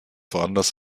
woanders